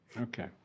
Okay